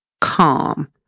calm